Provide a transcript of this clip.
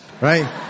Right